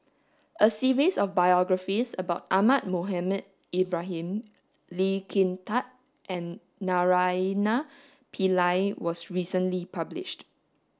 a series of biographies about Ahmad Mohamed Ibrahim Lee Kin Tat and Naraina Pillai was recently published